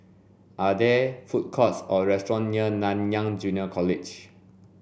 are there food courts or restaurants near Nanyang Junior College